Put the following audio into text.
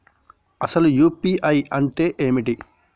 అసలు యూ.పీ.ఐ అంటే ఏమిటి?